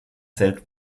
zählt